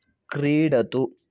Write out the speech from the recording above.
क्रीडतु